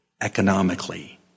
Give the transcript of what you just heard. economically